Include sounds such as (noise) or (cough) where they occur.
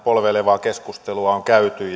polveilevaa keskustelua on käyty (unintelligible)